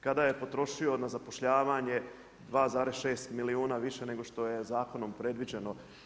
Kada je potrošio na zapošljavanje 2,6 milijuna više nego što je zakonom predviđeno.